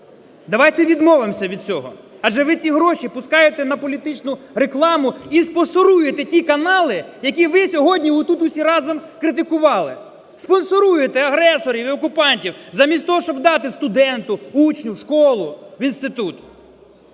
Давайте відмовимося від цього, адже ви ці гроші пускаєте на політичну рекламу і спонсоруєте ті канали, які ви сьогодні отут усі разом критикували. Спонсоруєте агресорів і окупантів замість того, щоб дати студенту, учню в школу, в інститут.